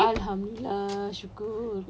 alhamdulillah syukur